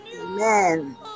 Amen